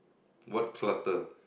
what clutter